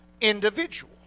individual